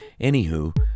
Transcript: Anywho